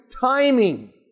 timing